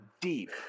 deep